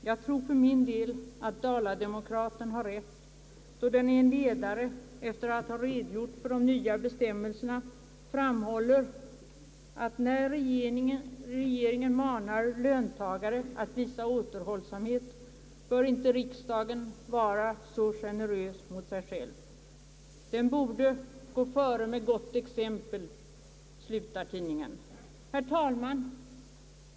Jag tror för min del att Dala-Demokraten har rätt, då den i en ledare, efter att ha redogjort för de nya bestämmelserna, framhåller att när regeringen manar löntagare att visa återhållsamhet, bör inte riksdagen vara så generös mot sig själv. Den borde gå före med gott exempel, slutar tidningen. Herr talman!